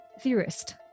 theorist